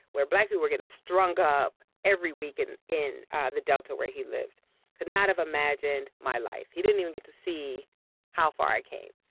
where black people were getting strung up every week and in the delta where he lived could not have imagined my life, he didn't even get to see how far i came.